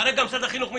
כרגע משרד החינוך מתייחס.